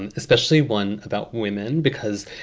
and especially one about women, because